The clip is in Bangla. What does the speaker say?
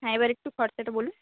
হ্যাঁ এবার একটু খরচাটা বলুন